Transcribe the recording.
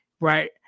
Right